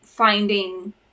Finding